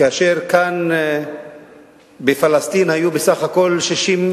אין פה זכויות יתר למישהו להפריע למהלך תקין של הישיבה.